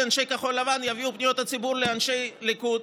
ואנשי כחול לבן יפנו בפניות הציבור לאנשי ליכוד,